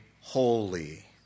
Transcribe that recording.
holy